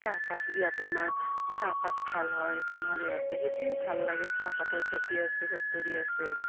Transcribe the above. চাহপাত ইয়াতে আমাৰ চাহপাত ভাল হয় আমাৰ ইয়াতে সেইটোৱে ভাল লাগে চাহপাতৰ খেতি আছে ফেক্টৰী আছে